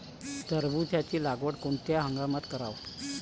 टरबूजाची लागवड कोनत्या हंगामात कराव?